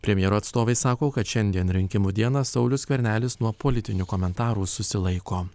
premjero atstovai sako kad šiandien rinkimų dieną saulius skvernelis nuo politinių komentarų susilaiko